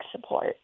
support